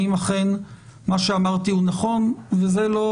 האם אכן מה שאמרתי הוא נכון וזה לא